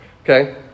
Okay